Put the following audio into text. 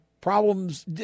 problems